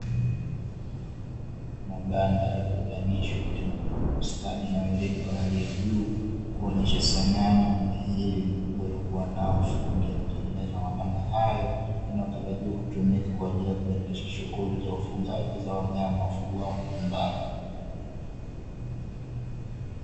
Mabanda yaliyobebanishwa, yaliyotengenezwa kwa ustadi na weledi wa hali ya juu, kuonesha sanaa na umahiri mkubwa aliokuwa nao fundi aliyetengeneza mabanda hayo, yanayotarajiwa kutumika kwa ajili kuendesha shughuli za ufugaji za wanyama wafugwao majumbani.